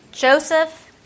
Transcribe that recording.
Joseph